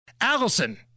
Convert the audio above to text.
Allison